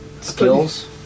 skills